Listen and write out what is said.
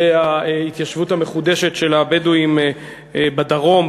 ההתיישבות המחודשת של הבדואים בדרום,